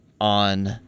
on